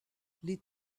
les